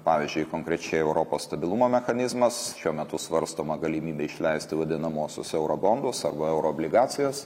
pavyzdžiui konkrečiai europos stabilumo mechanizmas šiuo metu svarstoma galimybė išleisti vadinamuosius euro bondus arba euroobligacijas